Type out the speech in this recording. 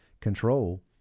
control